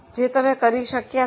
તમે બધા તે કરી શકીય છો